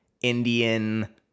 Indian